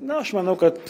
na aš manau kad